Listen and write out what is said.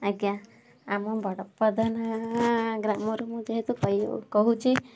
ଆଜ୍ଞା ଆମ ବଡ଼ ପ୍ରଧାନ ଗ୍ରାମରୁ ମୁଁ ଯେହେତୁ କହୁଛି